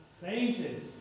Fainted